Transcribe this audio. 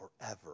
forever